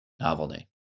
novelty